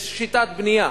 שיטת בנייה.